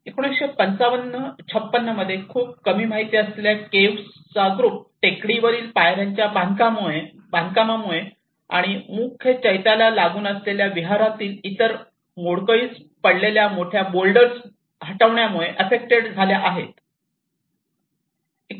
1955 56 मध्ये खूप कमी माहिती असलेल्या केव्ह चा ग्रुप टेकडीवरील पायऱ्यांच्या बांधकामामुळे आणि मुख्य चैत्याला लागून असलेल्या विहारातील इतर मोडकळीस पडलेल्या मोठ्या बोल्डर्स हटविण्यामुळे आफ्फेक्टेड झाल्या आहेत